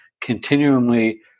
continually